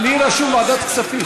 לי רשום ועדת הכספים.